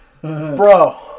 bro